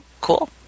cool